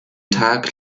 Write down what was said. tag